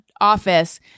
office